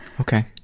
Okay